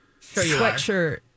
sweatshirt